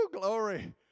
glory